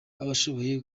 abashoboye